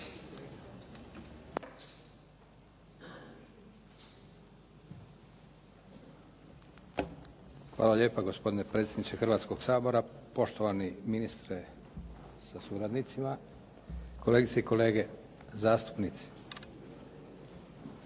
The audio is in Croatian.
Hvala lijepo gospodine predsjedniče Hrvatskog sabora, poštovani ministre sa suradnicima, kolegice i kolege zastupnici. Na